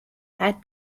had